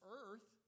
earth